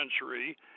century